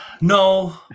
no